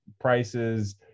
prices